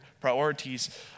priorities